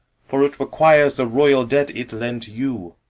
for it requires the royal debt it lent you.